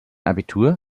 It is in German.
abitur